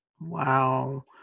Wow